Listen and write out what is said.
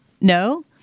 No